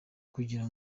kugira